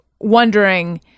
wondering